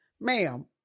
Ma'am